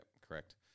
Correct